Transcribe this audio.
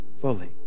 fully